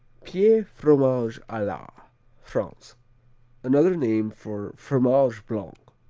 pie, fromage a la france another name for fromage blanc